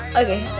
okay